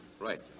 Right